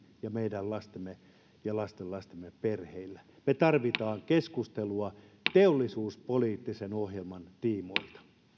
ja meidän lastemme ja lastenlastemme perheillä voi olla tässä maassa hyvin me tarvitsemme keskustelua teollisuuspoliittisen ohjelman tiimoilta